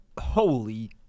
Holy